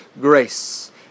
grace